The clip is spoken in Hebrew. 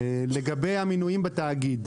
לגבי המינויים בתאגיד